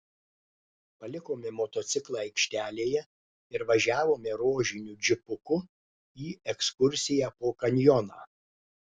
palikome motociklą aikštelėje ir važiavome rožiniu džipuku į ekskursiją po kanjoną